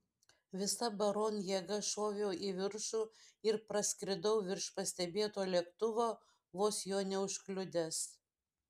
visa baron jėga šoviau į viršų ir praskridau virš pastebėto lėktuvo vos jo neužkliudęs